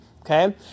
Okay